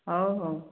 ହଉ ହଉ